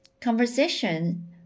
Conversation